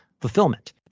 fulfillment